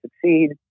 succeed